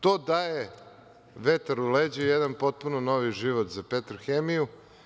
To daje vetar u leđa i jedna potpuno novi život za „Petrohemiju“